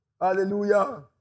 Hallelujah